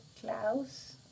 Klaus